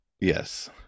Yes